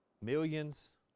millions